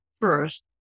first